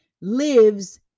lives